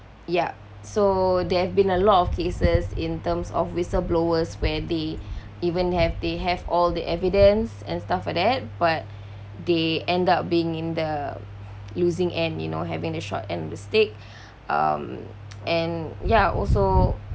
ya so there've been a lot of cases in terms of whistle blowers where they even have they have all the evidence and stuff like that but they end up being in the losing end you know having the short end of the stick um and ya also